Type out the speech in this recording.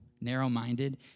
narrow-minded